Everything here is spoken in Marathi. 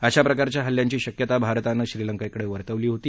अशा प्रकारच्या हल्ल्यांची शक्यता भारतानं श्रीलंकेकडे वर्तवली होती